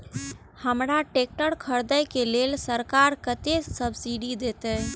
हमरा ट्रैक्टर खरदे के लेल सरकार कतेक सब्सीडी देते?